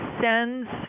sends